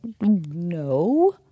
No